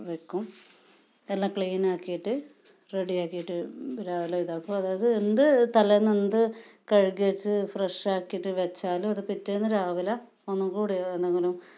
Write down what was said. വയ്ക്കും എല്ലാം ക്ലീൻ ആക്കിയിട്ട് റെഡി ആക്കിയിട്ട് രാവിലെ ഇതാക്കും അതായത് എന്ത് തലേന്ന് എന്ത് കഴുകിയേച്ച് ഫ്രഷ് ആക്കിയിട്ട് വെച്ചാലും അത് പിറ്റേന്ന് രാവിലെ ഒന്നും കൂടെ എന്തെങ്കിലും